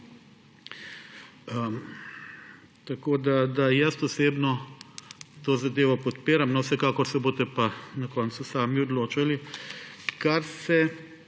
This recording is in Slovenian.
Tako da jaz osebno to zadevo podpiram. Vsekakor se boste pa na koncu sami odločali. Kar se